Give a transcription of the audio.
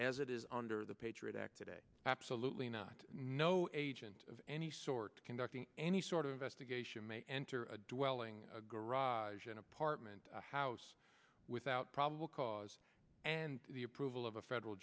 as it is under the patriot act today absolutely not no agent of any sort conducting any sort of investigation may enter a dwelling a garage an apartment house without probable cause and the approval of a federal